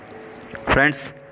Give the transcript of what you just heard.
Friends